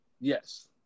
Yes